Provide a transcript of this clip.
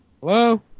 Hello